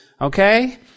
Okay